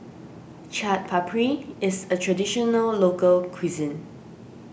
Chaat Papri is a Traditional Local Cuisine